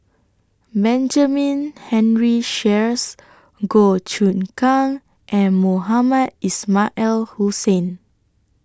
Benjamin Henry Sheares Goh Choon Kang and Mohamed Ismail Hussain